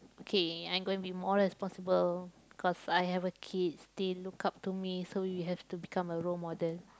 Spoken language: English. okay I'm going be more responsible cause I have a kid they look up to me so we have to become a role model